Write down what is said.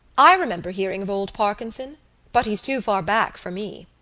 i remember hearing of old parkinson but he's too far back for me.